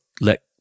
let